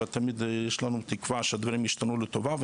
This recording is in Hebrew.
ותמיד יש לנו תקווה שהדברים ישתנו לטובה,